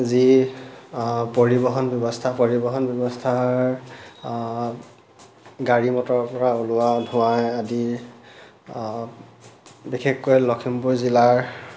যি পৰিবহণ ব্যৱস্থা পৰিবহণ ব্যৱস্থাৰ গাড়ী মটৰৰ পৰা ওলোৱা ধোঁৱাই আদি বিশেষকৈ লখিমপুৰ জিলাৰ